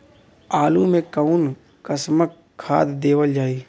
आलू मे कऊन कसमक खाद देवल जाई?